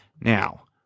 Now